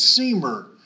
seamer